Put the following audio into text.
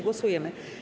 Głosujemy.